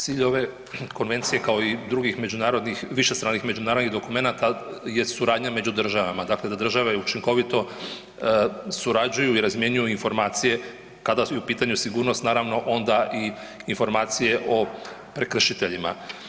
Cilj ove konvencije kao i drugih višestranih međunarodnih dokumenata je suradnja među državama, dakle da države učinkovito surađuju i razmjenjuju informacije kada je u pitanju sigurno onda i informacije o prekršiteljima.